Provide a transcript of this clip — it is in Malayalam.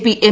P M